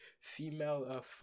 female